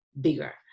bigger